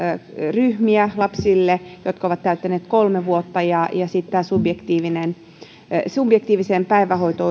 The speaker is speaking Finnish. ryhmiä lapsille jotka ovat täyttäneet kolme vuotta ja sitten rajaamalla tätä subjektiivista päivähoito